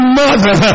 mother